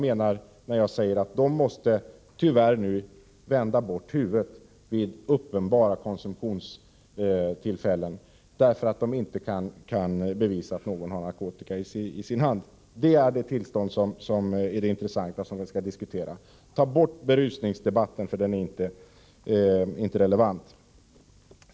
Tyvärr måste polisen nu vända bort huvudet vid uppenbara konsumtionstillfällen, eftersom man inte kan bevisa att någon har narkotika i sin hand. Det är emellertid det tillståndet som är det intressanta och som vi skall diskutera. Ta bort berusningsdebatten, för den är inte relevant.